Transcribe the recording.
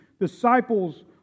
disciples